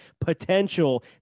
potential